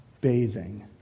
bathing